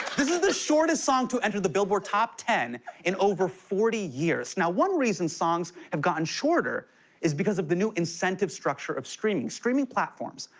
this is the shortest song to enter the billboard top ten in over forty years. now, one reason songs have gotten shorter is because of the new incentive structure of streaming. streaming platforms,